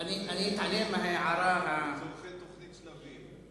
לצורכי תוכנית שלבים.